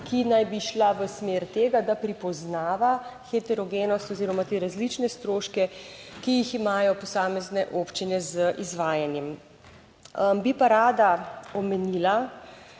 ki naj bi šla v smer tega, da prepoznava heterogenost oziroma te različne stroške, ki jih imajo posamezne občine z izvajanjem. Bi pa rada omenila,